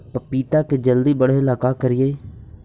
पपिता के जल्दी बढ़े ल का करिअई?